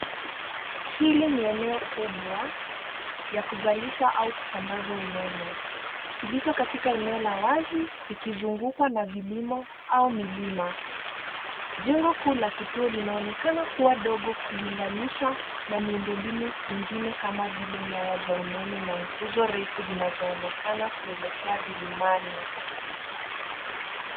Hili ni eneo kubwa ya kuzalisha au kusambaza umeme. Lilicho katika eneo la wazi, likizungukwa na vilimo au milima. Jengo kuu la kituo linaonekana kuwa dogo kulinganisha na miundombinu mingine kama vile nyaya za umeme na nguzo refu zinazoonekana kuelekea vilimani.